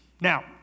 Now